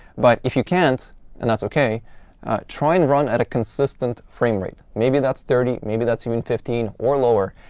but if you can't and that's ok try to and run at a consistent frame rate. maybe that's thirty. maybe that's even fifteen or lower.